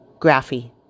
Graphy